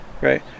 right